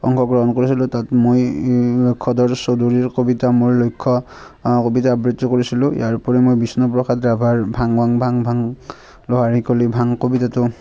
অংশগ্ৰহণ কৰিছিলোঁ তাত মই লক্ষ্যধৰ চৌধুৰীৰ কবিতা 'মোৰ লক্ষ্য' অঁ কবিতা আবৃত্তি কৰিছিলোঁ ইয়াৰ ওপৰি মই বিষ্ণুপ্ৰসাদ ৰাভাৰ 'ভাং ভাং ভাং ভাং লৰালি কলি ভাং' কবিতাটো